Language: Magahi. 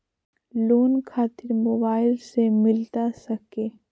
लोन खातिर मोबाइल से मिलता सके?